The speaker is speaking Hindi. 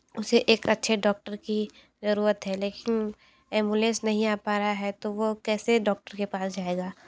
उसे एक अच्छे डॉक्टर की जरूरत है लेकिन एम्बुलेंस नहीं आ पा रहा है तो वो कैसे डॉक्टर के पास जाएगा